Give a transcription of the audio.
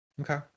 Okay